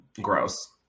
gross